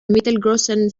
mittelgroßen